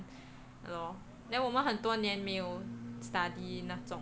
ya lor then 我们很多年没有 study 那种